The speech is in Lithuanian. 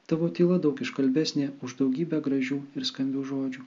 tavo tyla daug iškalbesnė už daugybę gražių ir skambių žodžių